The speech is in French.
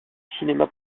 cinéma